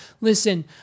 Listen